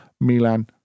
Milan